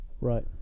Right